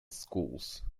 schools